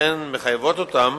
ומחייבות אותם